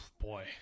Boy